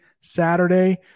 Saturday